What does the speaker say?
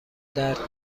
درد